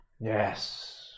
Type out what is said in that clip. Yes